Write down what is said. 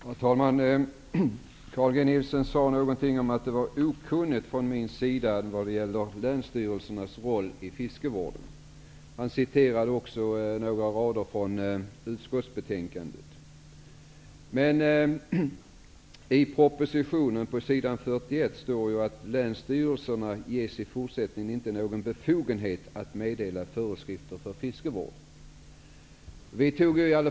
Herr talman! Carl G Nilsson sade någonting om att det var okunnigt av mig att ifrågasätta länsstyrelsernas roll i fiskevården. Han citerade också några rader ur utskottsbetänkandet. Men i propositionen på s. 41 står det: ''Länsstyrelserna ges i fortsättningen inte någon befogenhet att meddela föreskrifter för fiskevården.''